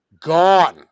gone